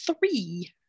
three